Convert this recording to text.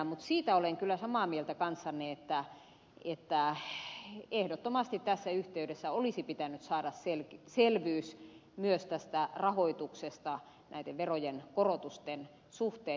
mutta siitä olen kyllä samaa mieltä kanssanne että ehdottomasti tässä yhteydessä olisi pitänyt saada selvyys myös tästä rahoituksesta näiden verojen korotusten suhteen